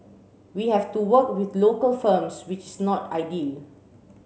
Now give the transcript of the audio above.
we have to work with the local firms which is not ideal